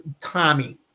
tommy